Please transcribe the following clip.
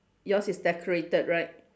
yours is decorated right